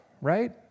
right